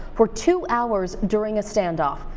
for two hours during a standoff.